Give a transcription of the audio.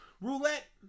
Roulette